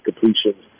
completion